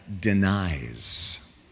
denies